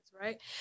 right